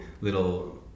little